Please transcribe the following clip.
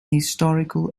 historical